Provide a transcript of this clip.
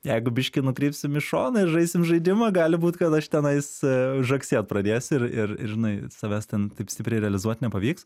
jeigu biškį nukrypsim į šoną ir žaisim žaidimą gali būt kad aš tenais a žagsėt pradėsiu ir ir ir žinai savęs ten taip stipriai realizuot nepavyks